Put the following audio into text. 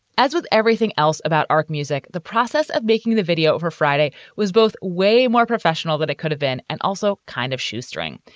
as with everything else about ark music, the process of making the video over friday was both way more professional that it could have been and also kind of shoestring.